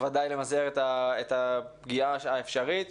וודאי למזער את הפגיעה האפשרית.